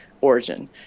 origin